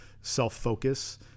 self-focus